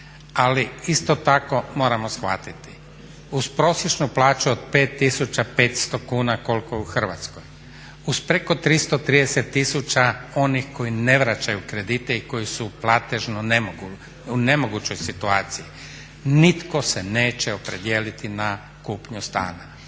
Ali isto tako moramo shvatiti uz prosječnu plaću od 5500 kuna kolika je u Hrvatskoj uz preko 330 tisuća onih koji ne vraćaju kredite i koji su platežno u nemogućoj situaciji, nitko se neće opredijeliti na kupnju stana.